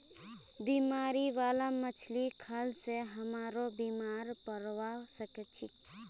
बीमारी बाला मछली खाल से हमरो बीमार पोरवा सके छि